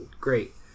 great